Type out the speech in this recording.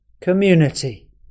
community